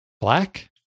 black